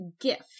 gift